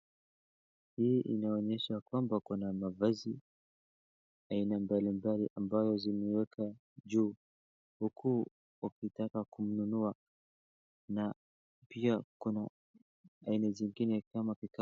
Hii inaonyesha kwamba kuna mavazi aina mbalimbali ambazo zimewekwa juu, huku wakitaka kununua, na pia kuna aina zingine kama.